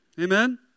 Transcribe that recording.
Amen